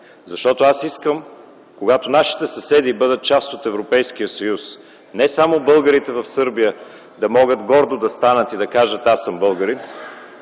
човек! Аз искам, когато нашите съседи бъдат част от Европейския съюз, не само българите в Сърбия да могат гордо да станат и да кажат: „Аз съм българин”